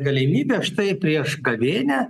galimybes štai prieš gavėnią